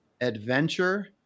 adventure